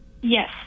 Yes